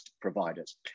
providers